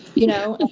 you know?